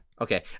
Okay